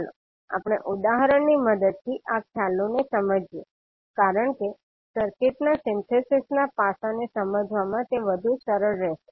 ચાલો આપણે ઉદાહરણોની મદદથી આ ખ્યાલોને સમજીએ કારણ કે સર્કિટના સિન્થેસિસ ના પાસાને સમજવામાં તે વધુ સરળ રહેશે